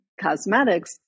cosmetics